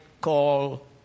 call